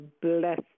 bless